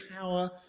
power